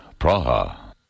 Praha